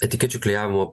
etikečių klijavimo